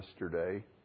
yesterday